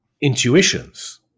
intuitions